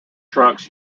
trucks